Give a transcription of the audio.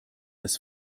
das